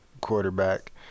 quarterback